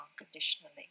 unconditionally